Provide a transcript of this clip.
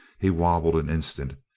he wobbled an instant,